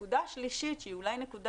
הנקודה השלישית שהיא נקודה